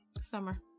Summer